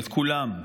את כולם,